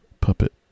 puppet